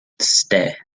ste